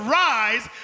rise